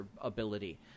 ability